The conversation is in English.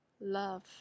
love